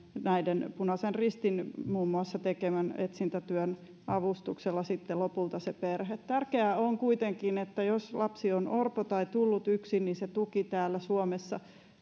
muun muassa punaisen ristin tekemän etsintätyön avustuksella lopulta se perhe tärkeää on kuitenkin että jos lapsi on orpo tai tullut yksin se tuki täällä suomessa